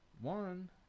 One